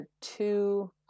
two